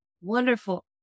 Wonderful